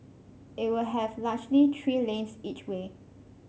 it will have largely three lanes each way